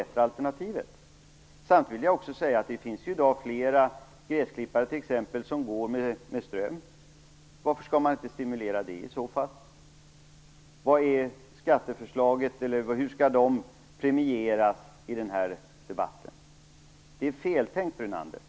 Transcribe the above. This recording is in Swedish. Samtidigt vill jag också säga att det i dag finns flera gräsklippare som drivs med ström. Varför skall man inte stimulera en sådan användning? Hur skall dessa användare premieras i den här debatten? Det är feltänkt, Lennart Brunander.